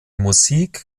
musik